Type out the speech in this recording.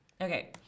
okay